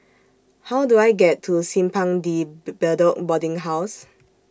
How Do I get to Simpang De Bedok Boarding House